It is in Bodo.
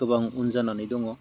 गोबां उन जानानै दङ